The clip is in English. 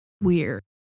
Weird